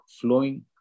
flowing